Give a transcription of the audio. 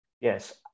Yes